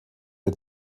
der